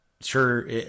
sure